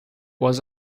was